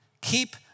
Keep